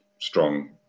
strong